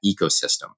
ecosystem